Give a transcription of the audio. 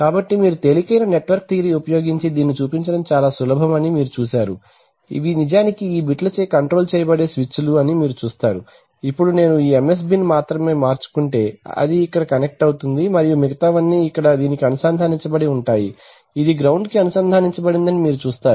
కాబట్టి మీరు తేలికైన నెట్వర్క్ థియరీ ఉపయోగించి దీనిని చూపించడం చాలా సులభం అని మీరు చూశారు ఇవి నిజానికి ఈ బిట్లచే కంట్రోల్ చేయబడే స్విచ్లు అని మీరు చూస్తారు ఇప్పుడు నేను ఈ MSB ని మాత్రమే మార్చుకుంటే ఇది ఇక్కడ కనెక్ట్ అవుతుంది మరియు మిగతావన్నీ ఇక్కడ దీనికి అనుసంధానించబడి ఉంటాయి ఇది గ్రౌండ్ కి అనుసంధానించబడిందని మీరు చూస్తారు